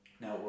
now